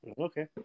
Okay